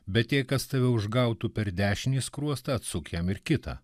bet jei kas tave užgautų per dešinį skruostą atsuk jam ir kitą